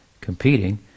competing